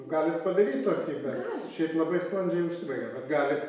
galit padaryt tokį šiaip labai sklandžiai užsibaigė bet galit